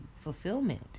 Fulfillment